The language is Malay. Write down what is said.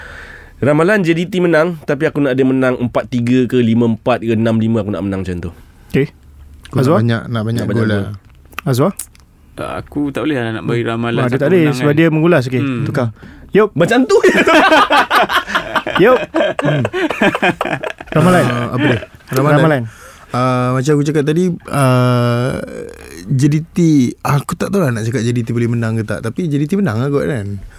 Ramalan JDT menang, tapi aku nak dia menang 4-3 ke 5-4 ke 6-5. Aku nak menang macam tu. Okey. Aku nak Azwar? banyak- nak banyak Nak banyak gol gol. lah. Azwar? Tak, aku tak boleh lah nak Hmm. beri ramalan Ah, dia siapa tak boleh menang sebab kan? dia mengulas. Okey, Hmm. tukar. Yop. Macam tu. Yop. Hmm. Ramalan. Ah, apa dia? Ramalan. Ramalan. Ah, macam aku cakap tadi, ah, JDT, aku tak tahu lah nak cakap JDT boleh menang ke tak, tapi JDT menang lah kot kan.